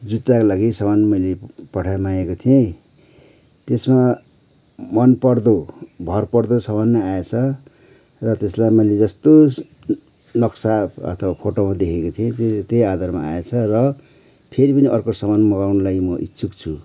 जुत्ताको लागी सामान मैले पठाइमाँगेको थिए त्यसमा मनपर्दो भरपर्दो समान आएछ र त्यसलाई मैले जस्तो नक्सा अथवा फोटोमा देखेको थिएँ त्यही आधारमा आएछ र फेरी पनि अर्को समान मगाउनुको लागि म इच्छुक छु